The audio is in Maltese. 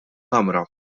kamra